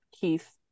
keith